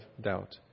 doubt